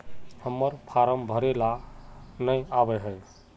हम्मर फारम भरे ला न आबेहय?